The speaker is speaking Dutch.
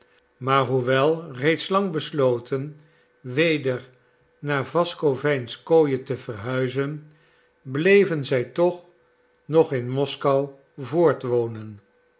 maar hoewel reeds lang besloten weder naar wasowijenskoije te verhuizen bleven zij toch nog in moskou voortwonen